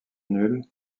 nul